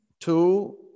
two